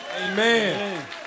Amen